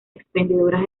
expendedoras